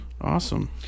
Awesome